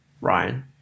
Ryan